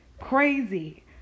crazy